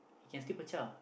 it can still pecah